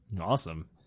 Awesome